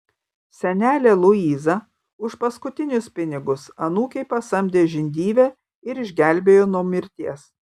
senelė luiza už paskutinius pinigus anūkei pasamdė žindyvę ir išgelbėjo nuo mirties